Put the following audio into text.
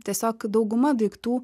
tiesiog dauguma daiktų